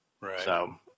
Right